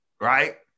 right